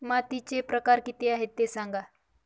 मातीचे प्रकार किती आहे ते सांगा